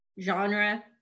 genre